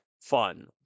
fun